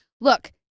Look